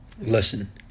Listen